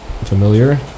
familiar